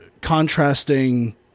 contrasting